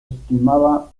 estimaba